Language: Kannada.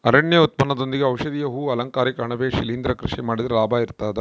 ಅರಣ್ಯ ಉತ್ಪನ್ನದೊಂದಿಗೆ ಔಷಧೀಯ ಹೂ ಅಲಂಕಾರಿಕ ಅಣಬೆ ಶಿಲಿಂದ್ರ ಕೃಷಿ ಮಾಡಿದ್ರೆ ಲಾಭ ಇರ್ತದ